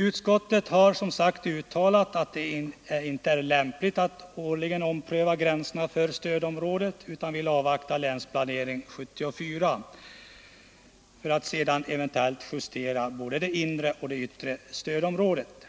Utskottet har som sagt uttalat att det inte är lämpligt att årligen ompröva gränserna för stödområdet utan vill avvakta Länsplanering 74 för att sedan eventuellt justera både det inre och det yttre stödområdet.